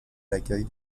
l’accueil